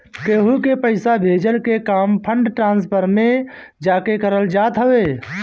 केहू के पईसा भेजला के काम फंड ट्रांसफर में जाके करल जात हवे